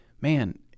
Man